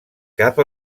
cap